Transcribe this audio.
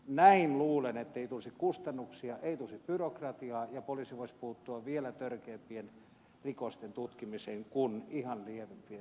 näin luulen että ei tulisi kustannuksia ei tulisi byrokratiaa ja poliisi voisi puuttua vielä törkeämpien rikosten tutkimisiin kuin ihan lievimpiin rattijuopumuksiin